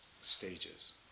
stages